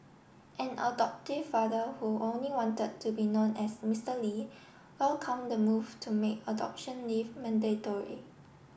an adoptive father who only wanted to be known as Mister Li welcomed the move to make adoption leave mandatory